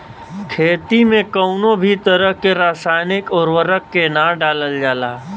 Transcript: खेती में कउनो भी तरह के रासायनिक उर्वरक के ना डालल जाला